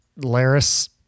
laris